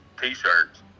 t-shirts